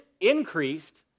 increased